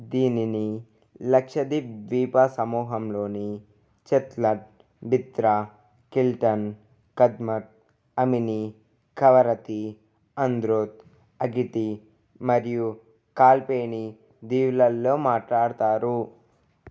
దీనిని లక్షదీప్ ద్వీపసమూహంలోని చెత్లబ్ బిత్రా కిల్టన్ కద్మత్ అమిని కవరతీ అంద్రోత్ అగితి మరియు కాల్పేని దీవులల్లో మాట్లాడతారు